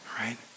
right